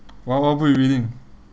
what what book you reading